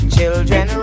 Children